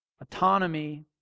Autonomy